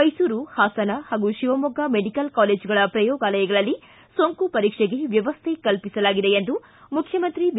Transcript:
ಮೈಸೂರು ಪಾಸನ ಹಾಗೂ ಶಿವಮೊಗ್ಗ ಮೆಡಿಕಲ್ ಕಾಲೇಜುಗಳ ಪ್ರಯೋಗಾಲಯಗಳಲ್ಲಿ ಸೋಂಕು ಪರೀಕ್ಷೆಗೆ ವ್ಯವಸ್ಥೆ ಕಲ್ಪಿಸಲಾಗಿದೆ ಎಂದು ಮುಖ್ಯಮಂತ್ರಿ ಬಿ